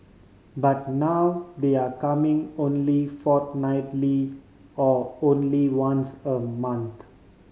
but now they're coming only fortnightly or only once a month